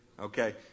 Okay